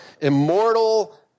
immortal